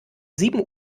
sieben